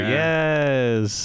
yes